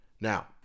Now